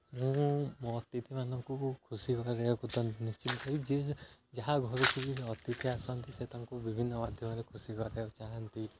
ମୁଁ ମୋ ଅତିଥିମାନଙ୍କୁ ଖୁସି କରିବାକୁ ନିଶ୍ଚିତ ଯିଏ ଯାହା ଘରୁକୁ ବି ଅତିଥି ଆସନ୍ତି ସେ ତାଙ୍କୁ ବିଭିନ୍ନ ମାଧ୍ୟମରେ ଖୁସି କରିବାକୁ ଚାହାଁନ୍ତି